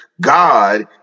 God